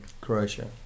Croatia